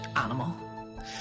animal